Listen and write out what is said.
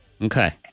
Okay